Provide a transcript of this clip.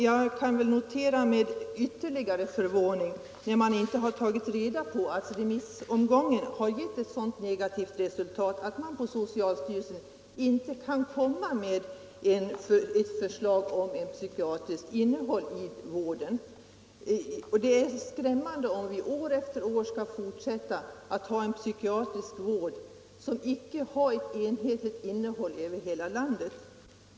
Jag kan notera med ytterligare förvåning — när remissomgången har gett ett så negativt resultat — att socialstyrelsen inte kan komma med ett förslag om psykiatrisk innehåll i vården. Det är skrämmande om vi år efter år skall fortsätta att ha en psykiatrisk vård, vars innehåll icke är enhetligt över hela landet.